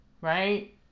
Right